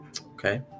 okay